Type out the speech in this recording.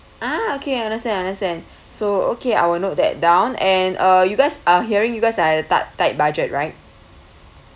a'ah okay I understand I understand so okay I will note that down and uh you guys are hearing you guys that that tight budget right